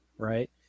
right